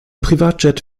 privatjet